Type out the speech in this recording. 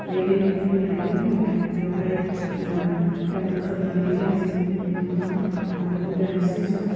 बे दैखौ होनायनि उनावहाय बेवहाय खोबनानै होनाय जायो बेनि उनाव बेखौ दानदिसे सम